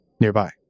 nearby